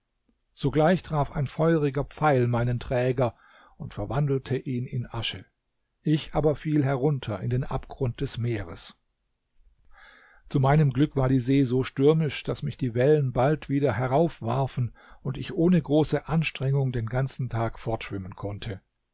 sogleich traf ein feuriger pfeil meinen träger und verwandelte ihn in asche ich aber fiel herunter in den abgrund des meeres zu meinem glück war die see so stürmisch daß mich die wellen bald wieder herauf warfen und ich ohne große anstrengung den ganzen tag fortschwimmen konnte